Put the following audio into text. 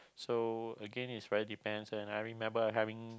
so again it's really depends and I remember having